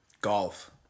golf